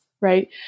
right